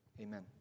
amen